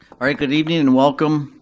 alright, good evening and welcome